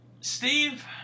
Steve